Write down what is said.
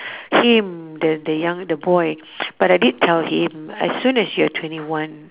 him the the young the boy but I did tell him as soon as you're twenty one